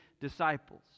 disciples